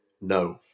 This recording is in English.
no